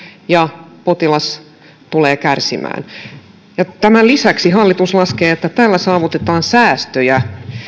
ja potilas tulee kärsimään tämän lisäksi hallitus laskee että tällä saavutetaan säästöjä